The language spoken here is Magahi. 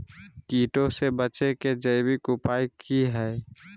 कीटों से बचे के जैविक उपाय की हैय?